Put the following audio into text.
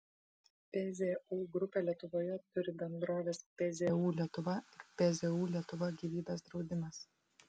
pzu grupė lietuvoje turi bendroves pzu lietuva ir pzu lietuva gyvybės draudimas